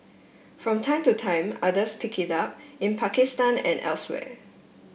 from time to time others pick it up in Pakistan and elsewhere